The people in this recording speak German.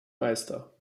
meister